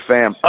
Fam